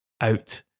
out